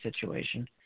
situation